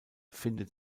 findet